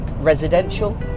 residential